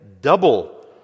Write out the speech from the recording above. double